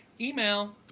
Email